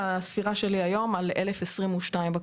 לספירה שלי עד היום על כ-1,022 בקשות,